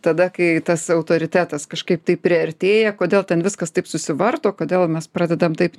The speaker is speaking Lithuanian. tada kai tas autoritetas kažkaip tai priartėja kodėl ten viskas taip susivarto kodėl mes pradedam taip